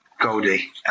Goldie